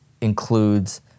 includes